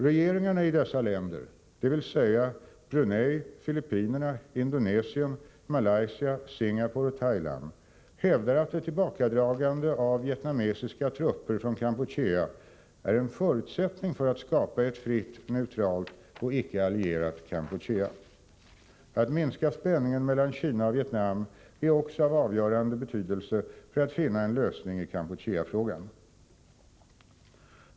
Regeringarna i dessa länder, dvs. Brunei, Filippinerna, Indonesien, Malaysia, Singapore och Thailand, hävdar att ett tillbakadragande av de vietnamesiska trupperna från Kampuchea är en förutsättning för att skapa ett fritt, neutralt och icke-allierat Kampuchea. Att minska spänningen mellan Kina och Vietnam är också av avgörande betydelse för att finna en lösning i Kampucheafrågan.